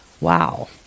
Wow